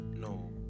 No